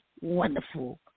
wonderful